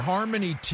Harmony